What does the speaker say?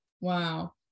Wow